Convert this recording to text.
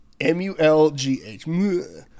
m-u-l-g-h